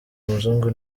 umuzungu